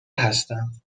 هستم